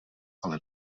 ale